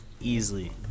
Easily